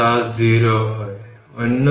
এই ক্যাপাসিটর জুড়ে ভোল্টেজ ছিল 0